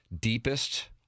deepest